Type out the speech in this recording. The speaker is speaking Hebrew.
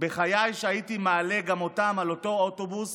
"בחיי שהייתי מעלה גם אותם על אותו האוטובוס